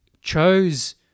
chose